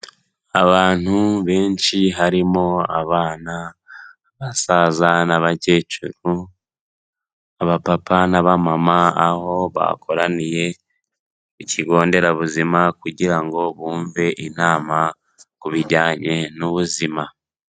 Abantu benshi harimo abana, abasaza n'abakecuru, abapapa n'abamama, aho bakoraniye ikigo nderabuzima kugira ngo bumve inama ku bijyanye n'ubuzima.